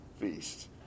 feast